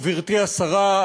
גברתי השרה,